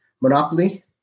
Monopoly